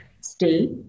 Stay